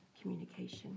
communication